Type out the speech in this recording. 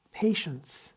patience